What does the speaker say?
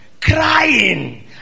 crying